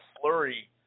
flurry